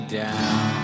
down